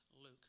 Luke